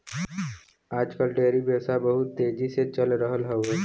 आज कल डेयरी व्यवसाय बहुत तेजी से चल रहल हौवे